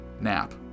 Nap